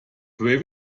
pray